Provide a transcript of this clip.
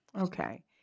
Okay